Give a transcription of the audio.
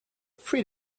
three